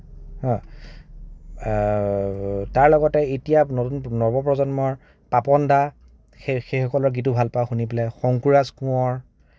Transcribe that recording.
তাৰ লগতে এতিয়া নতুন নৱ প্ৰজন্মৰ পাপনদা সেই সেইসকলৰ গীতো ভাল পাওঁ শুনি পেলাই শংকুৰাজ কোঁৱৰ